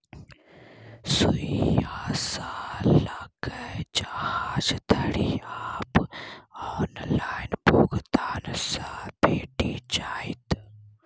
सुईया सँ लकए जहाज धरि आब ऑनलाइन भुगतान सँ भेटि जाइत